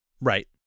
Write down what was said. Right